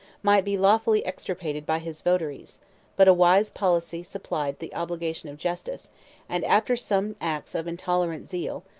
might be lawfully extirpated by his votaries but a wise policy supplied the obligation of justice and after some acts of intolerant zeal,